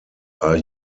are